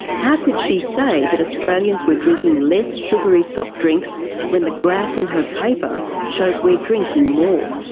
how could she say that australians were drinking less sugary so drinks when the graph in her paper shows we're drinking more?